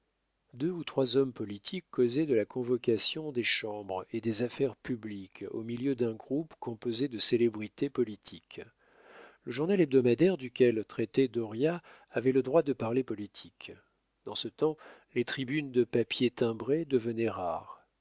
deux ou trois hommes politiques causaient de la convocation des chambres et des affaires publiques au milieu d'un groupe composé de célébrités politiques le journal hebdomadaire duquel traitait dauriat avait le droit de parler politique dans ce temps les tribunes de papier timbré devenaient rares